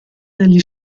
negli